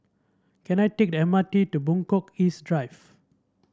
can I take the M R T to Buangkok East Drive